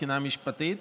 מבחינה משפטית.